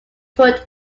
foot